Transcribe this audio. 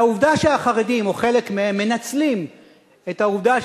והעובדה שהחרדים או חלק מהם מנצלים את העובדה,